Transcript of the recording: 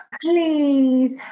please